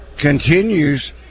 continues